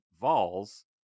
Vols